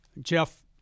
Jeff